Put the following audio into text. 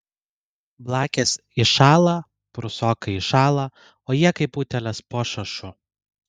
blakės iššąla prūsokai iššąla o jie kaip utėlės po šašu